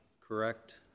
correct